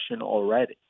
already